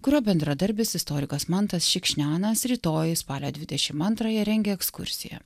kurio bendradarbis istorikas mantas šikšnianas rytoj spalio dvidešim antrąją rengia ekskursiją